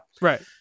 Right